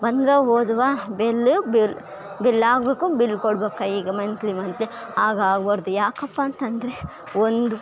ಬಂದ್ವಾ ಹೋದ್ವಾ bell bell bell ಆಗಬೇಕು bill ಕೊಡ್ಬೇಕು ಈಗ ಮಂತ್ಲಿ ಮಂತ್ಲಿ ಆಗ ಅವ್ರದ್ದು ಯಾಕಪ್ಪಾ ಅಂತಂದರೆ ಒಂದು